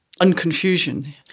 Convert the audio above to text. Unconfusion